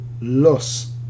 loss